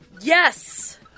Yes